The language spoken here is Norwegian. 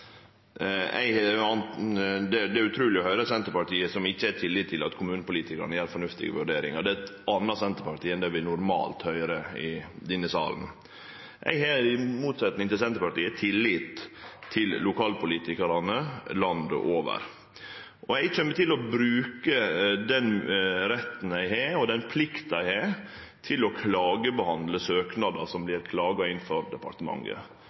Det er utruleg å høyre Senterpartiet, som ikkje har tillit til at kommunepolitikarane gjer fornuftige vurderingar. Det er eit anna senterparti enn det vi normalt høyrer i denne salen. Eg har i motsetning til Senterpartiet tillit til lokalpolitikarane landet over. Eg kjem til å bruke den retten eg har, og den plikta eg har, til å klagebehandle søknader som vert klaga inn for departementet.